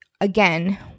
again